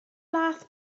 laeth